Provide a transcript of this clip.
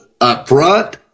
upfront